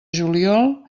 juliol